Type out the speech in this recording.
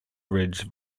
ridge